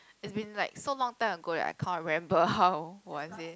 it's been like so long time ago that I can't remember how was it